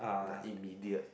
like immediate